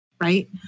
right